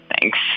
thanks